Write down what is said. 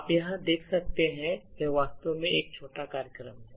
आप यहां देख सकते हैं यह वास्तव में एक छोटा कार्यक्रम है